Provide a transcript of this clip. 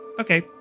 Okay